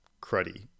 cruddy